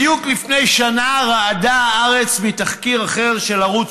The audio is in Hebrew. בדיוק לפני שנה רעדה הארץ מתחקיר אחר של ערוץ